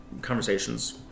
conversations